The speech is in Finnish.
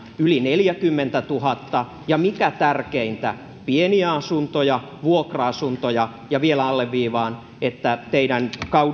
neljäkymmentätuhatta ja mikä tärkeintä pieniä asuntoja vuokra asuntoja vielä alleviivaan että teidän kaudellanne